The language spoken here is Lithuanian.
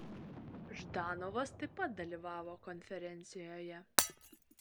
ždanovas taip pat dalyvavo konferencijoje